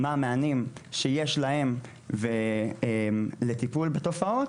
מה המענים שיש להם לטיפול בתופעות,